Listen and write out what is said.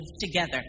together